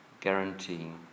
guaranteeing